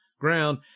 ground